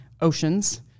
oceans